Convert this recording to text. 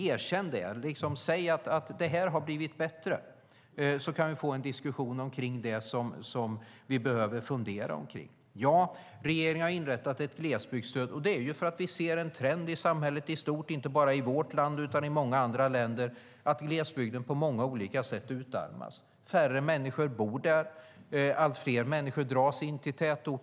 Erkänn det, säg att det har blivit bättre, och sedan kan vi ha en diskussion om det som vi behöver fundera på. Regeringen har inrättat ett glesbygdsstöd för att vi ser en trend i samhället i stort, inte bara i vårt land utan också i många andra länder: att glesbygden utarmas på många olika sätt. Färre människor bor där. Allt fler människor dras in till tätorter.